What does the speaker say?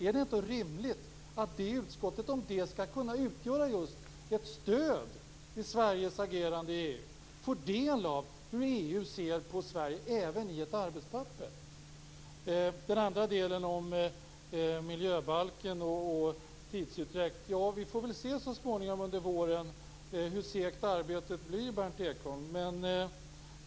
Är det inte rimligt att det utskottet, om det skall kunna utgöra ett stöd i Sveriges agerande i EU, får del av hur EU ser på Sverige - även i ett arbetspapper? Sedan var det frågan om miljöbalken och tidsutdräkt. Vi får väl så småningom under våren se hur segt arbetet blir, Berndt Ekholm.